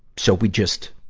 so we just,